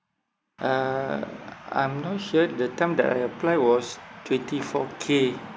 uh I'm not sure the time that I apply was twenty four K